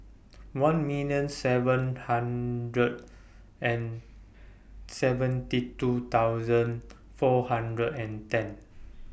one million seven hundred and seventy two thousand four hundred and ten